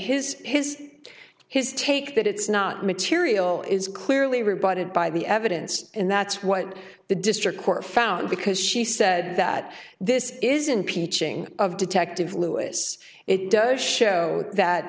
his his his take that it's not material is clearly rebutted by the evidence and that's what the district court found because she said that this isn't peaching of detective lewis it does show that